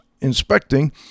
inspecting